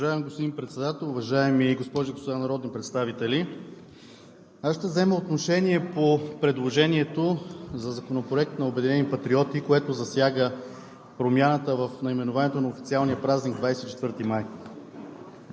Уважаеми господин Председател, уважаеми госпожи и господа народни представители! Аз ще взема отношение по предложението в Законопроекта на „Обединени патриоти“, което засяга промяната в наименованието на официалния празник 24 май.